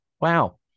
Wow